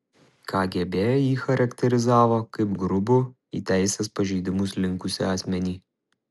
kgb jį charakterizavo kaip grubų į teisės pažeidimus linkusį asmenį